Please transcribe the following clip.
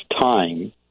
time